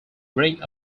bring